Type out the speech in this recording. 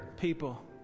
people